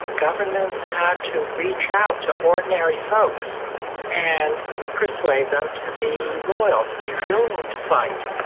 governments had to reach out to ordinary folks and persuade them to be loyal, to be willing to fight.